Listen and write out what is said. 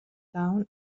down